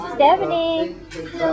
Stephanie